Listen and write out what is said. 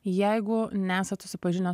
jeigu nesat susipažinęs